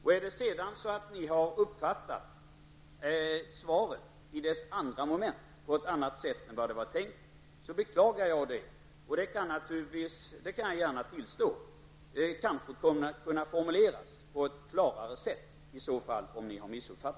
Har ni sedan uppfattat svaret i dess andra moment på ett annat sätt än som var avsett, kan jag endast beklaga det. Jag kan gärna tillstå att det kanske kunde ha formulerats på ett klarare sätt.